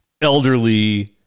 elderly